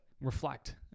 reflect